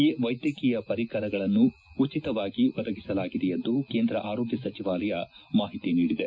ಈ ವೈದ್ಯಕೀಯ ಪರಿಕರಗಳನ್ನು ಉಚಿತವಾಗಿ ಒದಗಿಸಲಾಗಿದೆ ಎಂದು ಕೇಂದ್ರ ಆರೋಗ್ನ ಸಚಿವಾಲಯ ಮಾಹಿತಿ ನೀಡಿದೆ